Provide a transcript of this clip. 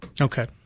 Okay